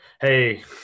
hey